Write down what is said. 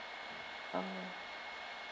alright